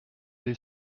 est